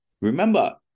remember